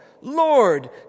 Lord